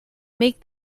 make